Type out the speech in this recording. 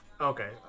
okay